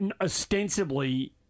Ostensibly